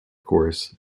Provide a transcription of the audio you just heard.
course